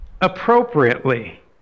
appropriately